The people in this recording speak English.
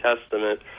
Testament